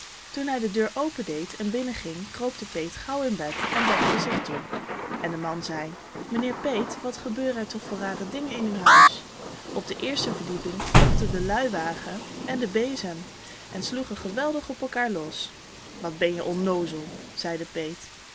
toen hij de deur opendeed en binnen ging kroop de peet gauw in bed en dekte zich toe en de man zei mijnheer peet wat gebeuren er toch voor rare dingen in uw huis op de eerste verdieping vochten de luiwagen en de bezem en sloegen geweldig op elkaâr los wat ben je onnoozel zei de peet